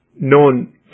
known